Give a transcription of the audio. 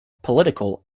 political